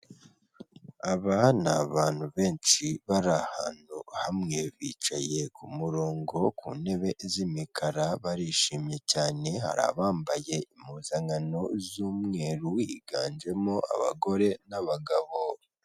Aba ni abantu benshi bari ahantu hamwe bicaye ku murongo ku ntebe z'imikara barishimye cyane, hari abambaye impuzankano z'umweru higanjemo abagore n'abagabo.